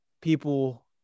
people